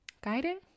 guiding